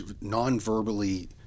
non-verbally